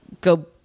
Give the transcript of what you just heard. go